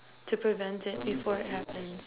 to prevent it before it happens